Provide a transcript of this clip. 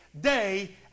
day